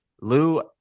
Lou